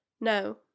No